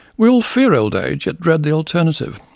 we all fear old age, yet dread the alternative,